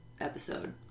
episode